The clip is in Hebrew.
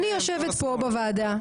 אני יושבת פה בוועדה,